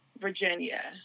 virginia